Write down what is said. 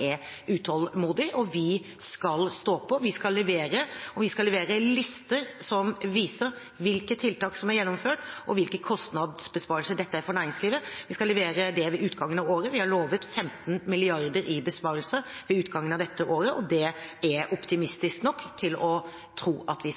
er utålmodig, og vi skal stå på, vi skal levere. Vi skal levere lister som viser hvilke tiltak som er gjennomført, og hvilke kostnadsbesparelser dette er for næringslivet. Vi skal levere det ved utgangen av året. Vi har lovet 15 mrd. kr i besparelser ved utgangen av dette året, og det er jeg optimistisk nok til å tro at vi